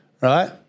Right